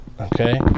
okay